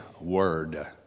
Word